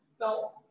Now